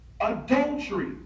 adultery